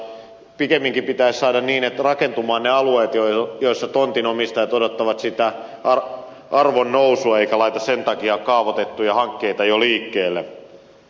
pikemminkin pitäisi saada rakentumaan ne alueet joilla tontinomistajat odottavat sitä arvonnousua eivätkä laita sen takia kaavoitettuja hankkeita jo liikkeelle